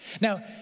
Now